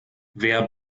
wer